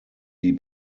die